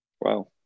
Wow